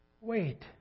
wait